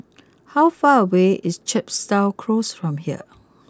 how far away is Chepstow close from here